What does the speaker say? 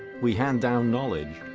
we hand down knowledge.